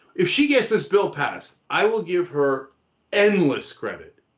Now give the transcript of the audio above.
if she gets this bill passed, i will give her endless credit,